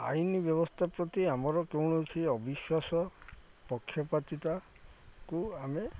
ଆଇନ ବ୍ୟବସ୍ଥା ପ୍ରତି ଆମର କୌଣସି ଅବିଶ୍ୱାସ ପକ୍ଷପାତିତାକୁ ଆମେ